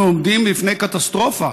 אנחנו עומדים בפני קטסטרופה.